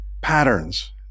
Patterns